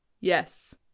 Yes